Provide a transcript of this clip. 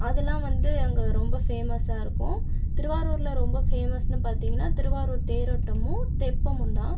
அதெலாம் வந்து அங்கே ரொம்ப பேமஸ்ஸாக இருக்கும் திருவாரூரில் ரொம்ப பேமஸ்னு பார்த்திங்கன்னா திருவாரூர் தேரோட்டமும் தெப்பமும் தான்